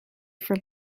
for